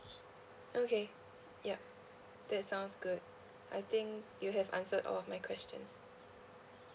okay yup that sounds good I think you have answered all of my questions